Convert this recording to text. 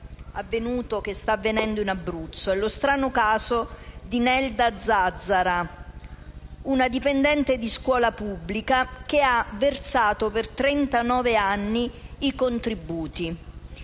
che sta avvenendo in Abruzzo. È lo strano caso di Nelda Zazzara, una dipendente di scuola pubblica che ha versato per trentanove anni i contributi.